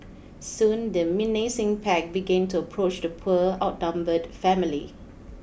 soon the menacing pack began to approach the poor outnumbered family